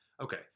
Okay